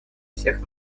всех